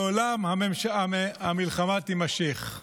לעולם המלחמה תימשך.